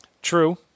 True